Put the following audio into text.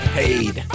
paid